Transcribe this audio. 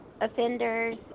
offenders